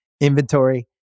inventory